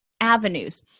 avenues